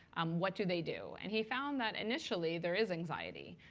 um what do they do? and he found that initially there is anxiety.